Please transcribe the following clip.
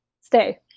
stay